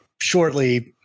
shortly –